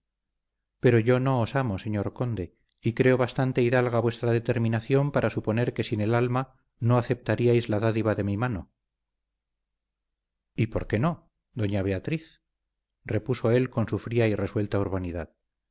pero yo no os amo señor conde y creo bastante hidalga vuestra determinación para suponer que sin el alma no aceptaríais la dádiva de mi mano y por qué no doña beatriz repuso él con su fría y resuelta urbanidad